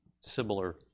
Similar